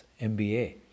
MBA